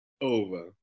Over